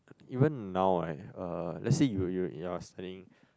even now right uh let's say you you you are standing